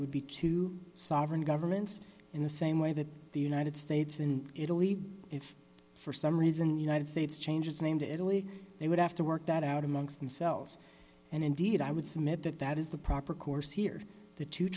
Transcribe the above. would be two sovereign governments in the same way that the united states in italy if for some reason united states change its name to italy they would have to work that out amongst themselves and indeed i would submit that that is the proper course here th